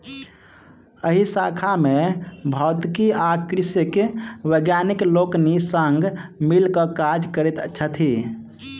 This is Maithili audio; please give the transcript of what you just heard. एहि शाखा मे भौतिकी आ कृषिक वैज्ञानिक लोकनि संग मिल क काज करैत छथि